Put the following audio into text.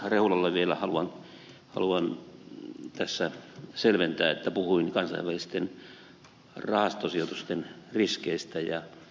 rehulalle vielä haluan tässä selventää että puhuin kansainvälisten rahastosijoitusten riskeistä